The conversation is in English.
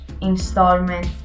installment